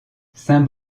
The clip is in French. saint